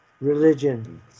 religion